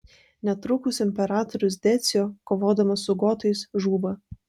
netrukus imperatorius decio kovodamas su gotais žūva